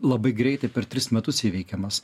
labai greitai per tris metus įveikiamas